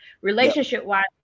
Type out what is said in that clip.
relationship-wise